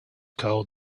called